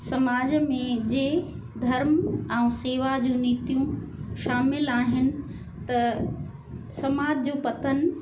समाज में जे धर्म ऐं सेवा जूं नीतियूं शामिलु आहिनि त समाज जो पतन